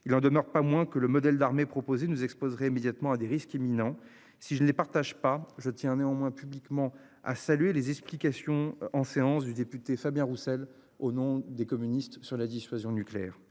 il n'en demeure pas moins que le modèle d'armée proposé nous exposeraient immédiatement à des risques imminents. Si je ne les partage pas. Je tiens néanmoins publiquement a salué les explications en séance du député Fabien Roussel au nom des communistes sur la dissuasion nucléaire.